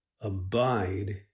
abide